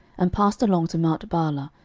and passed along to mount baalah,